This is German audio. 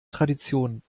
tradition